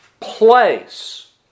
place